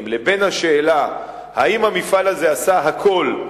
לבין השאלה האם המפעל הזה עשה הכול,